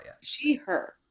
She/her